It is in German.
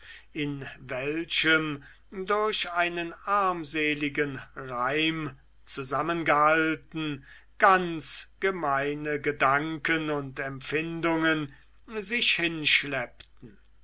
in welchem durch einen armseligen reim zusammengehalten ganz gemeine gedanken und empfindungen sich hinschleppten